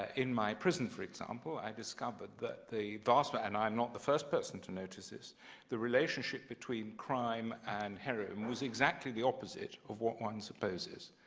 in my prison, for example, i've discovered that the vast and i'm not the first person to notice this the relationship between crime and heroin was exactly the opposite of what one supposes.